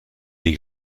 des